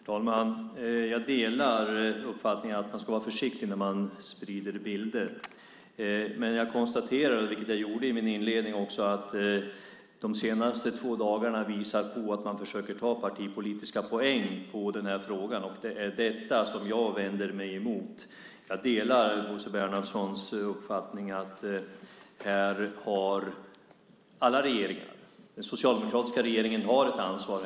Herr talman! Jag delar uppfattningen att man ska vara försiktig när man sprider bilder. Men jag konstaterar, vilket jag också gjorde i min inledning, att de senaste två dagarna visar på att man försöker ta partipolitiska poäng på den här frågan. Det är detta som jag vänder mig mot. Jag delar Bosse Bernhardssons uppfattning att alla regeringar, även den socialdemokratiska, har ett ansvar.